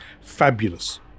fabulous